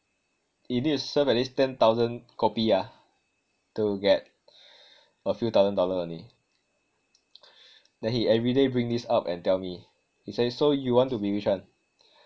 he need to serve at least ten thousand kopi ah to get a few thousand dollars only then he everyday bring this up and tell me he say so you want to be which [one]